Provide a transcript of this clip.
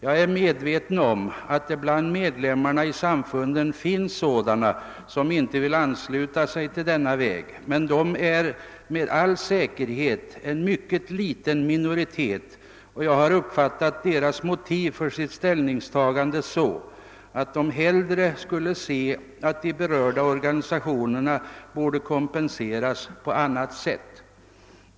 Jag är med veten om att det bland medlemmarna i samfunden finns sådana som inte vill ansluta sig till denna väg. Men de utgör med all säkerhet en mycket liten minoritet, och jag har uppfattat deras motiv för sitt ställningstagande så att de hellre skulle se att de berörda organisationerna kompenserades på annat sätt.